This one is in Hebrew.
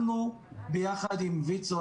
אנחנו ביחד עם ויצו,